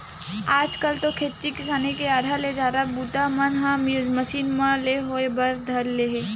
आज कल तो खेती किसानी के आधा ले जादा बूता मन ह मसीन मन ले होय बर धर ले हे